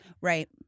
Right